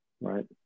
right